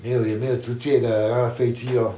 没有也没有直接的那个飞机 lor